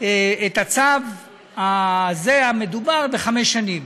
את הצו המדובר בחמש שנים.